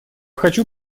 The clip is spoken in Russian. хочу